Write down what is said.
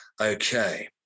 Okay